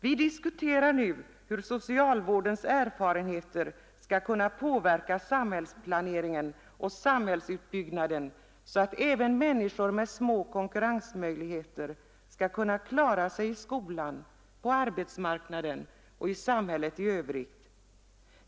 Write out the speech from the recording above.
Vi diskuterar nu hur socialvårdens erfarenheter skall kunna påverka samhällsplaneringen och samhällsutbyggnaden, så att även människor med små konkurrensmöjligheter skall kunna klara sig i skolan, på arbetsmarknaden och i samhället i övrigt.